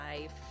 life